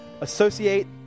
associate